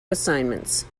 assignments